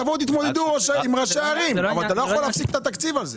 תבואו ותתמודדו עם ראשי הערים אבל אתה לא יכול להפסיק את התקציב הזה.